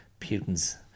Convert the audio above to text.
Putin's